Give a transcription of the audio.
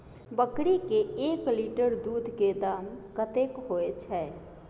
बकरी के एक लीटर दूध के दाम कतेक होय छै?